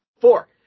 Four